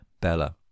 bella